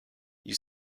you